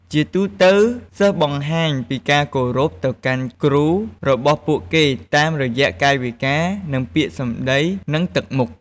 ជាទូទៅ សិស្សបង្ហាញពីការគោរពទៅកាន់គ្រូរបស់ពួកគេតាមរយៈកាយវិការ និងពាក្យសម្ដី និងទឹកមុខ។